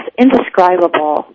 indescribable